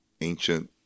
ancient